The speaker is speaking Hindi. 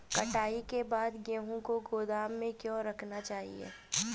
कटाई के बाद गेहूँ को गोदाम में क्यो रखना चाहिए?